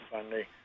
Sunday